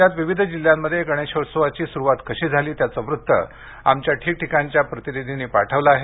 राज्यात विविध जिल्ह्यांमध्ये गणेशोत्सवाची सुरुवात कशी झाली त्याचं वृत्त आमच्या ठिकठिकाणच्या प्रतिनिधींनी पाठवलं आहे